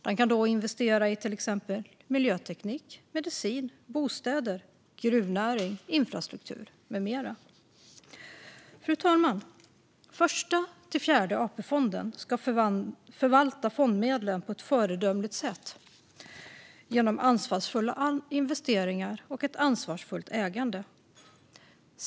Den kan då investera i till exempel miljöteknik, medicin, bostäder, gruvnäring eller infrastruktur. Fru talman! Första-Fjärde AP-fonden ska förvalta fondmedlen på ett föredömligt sätt genom ansvarsfulla investeringar och ett ansvarsfullt ägande.